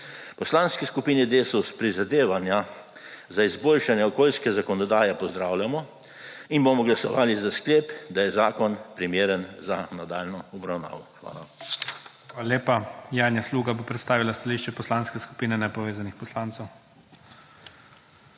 Poslanski skupini Desus prizadevanja za izboljšanje okoljske zakonodaje pozdravljamo in bomo glasovali za sklep, da je zakon primeren za nadaljnjo obravnavo. Hvala. **PREDSEDNIK IGOR ZORČIČ:** Hvala lepa. Janja Sluga bo predstavila stališče Poslanske skupine nepovezanih poslancev.